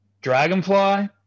Dragonfly